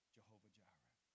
Jehovah-Jireh